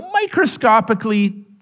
microscopically